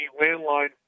landline